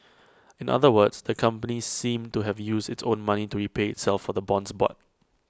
in other words the company seemed to have used its own money to repay itself for the bonds bought